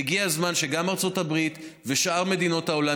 והגיע הזמן שגם ארצות הברית ושאר מדינות העולם